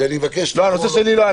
ואני מבקש לקרוא לו.